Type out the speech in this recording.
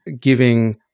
giving